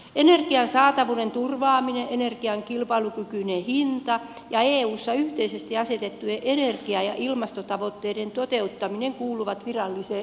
energian saatavuuden turvaaminen energian kilpailukykyinen hinta ja eussa yhteisesti asetettujen energia ja ilmastotavoitteiden toteuttaminen kuuluvat viralliseen energiapolitiikkaan